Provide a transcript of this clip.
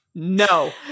no